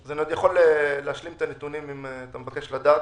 אני יכול להשלים את הנתונים, אם אתה מבקש לדעת.